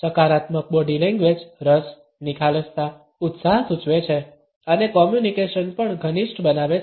સકારાત્મક body language રસ નિખાલસતા ઉત્સાહ સૂચવે છે અને કોમ્યુનિકેશન પણ ઘનિષ્ઠ બનાવે છે